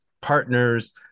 partners